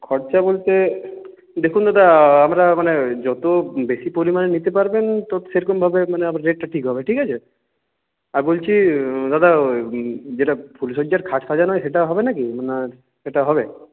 খরচা বলতে দেখুন দাদা আমরা মানে ওই যত বেশি পরিমাণে নিতে পারবেন তো সেইরকমভাবে মানে রেটটা ঠিক হবে ঠিক আছে আর বলছি দাদা ওই যেটা ফুলশয্যার খাট সাজানো হয় সেটা হবে না কি আপনার সেটা হবে